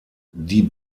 die